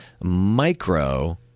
micro